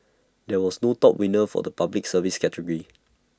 there was no top winner for the Public Service category